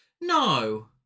No